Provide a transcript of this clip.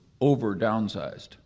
over-downsized